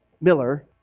Miller